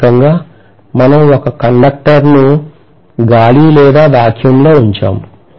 ప్రాథమికం గా మనం ఒక కండక్టర్ను గాలి లేదా వాక్యూమ్ లో ఉంచాము